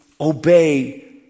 obey